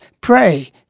pray